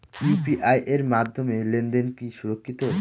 UPI এর মাধ্যমে লেনদেন কি সুরক্ষিত?